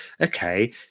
okay